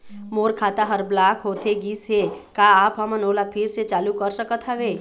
मोर खाता हर ब्लॉक होथे गिस हे, का आप हमन ओला फिर से चालू कर सकत हावे?